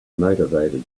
motivated